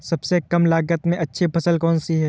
सबसे कम लागत में अच्छी फसल कौन सी है?